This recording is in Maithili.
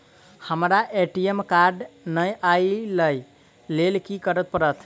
हमरा ए.टी.एम कार्ड नै अई लई केँ लेल की करऽ पड़त?